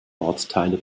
ortsteile